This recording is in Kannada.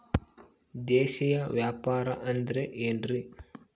ದೇಶೇಯ ವ್ಯಾಪಾರ ಅಂದ್ರೆ ಏನ್ರಿ?